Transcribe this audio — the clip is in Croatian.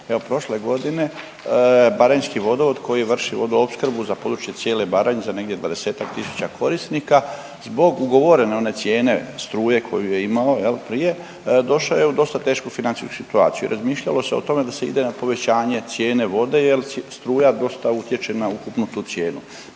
prošle godine Baranjski vodovod koji vrši vodoopskrbu za područje cijele Baranje za negdje 20-ak tisuća korisnika zbog ugovorene one cijene struje koju je imao prije došao je u dosta tešku financijsku situaciju. Razmišljalo se o tome da se ide na povećanje cijene vode jel struja dosta utječe na ukupnu tu cijenu.